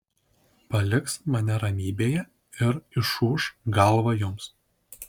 paliks mane ramybėje ir išūš galvą jums